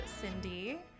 Cindy